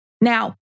Now